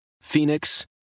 Phoenix